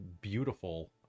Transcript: beautiful